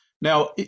Now